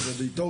בוודאי שכן.